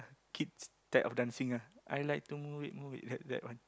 kids type of dancing ah I like to move it move it like that one